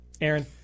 Aaron